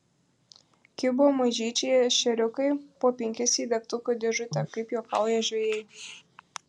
kibo mažyčiai ešeriukai po penkis į degtukų dėžutę kaip juokauja žvejai